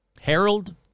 Harold